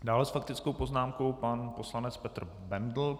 Dále s faktickou poznámkou pan poslanec Petr Bendl.